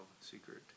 secret